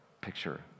picture